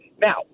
Now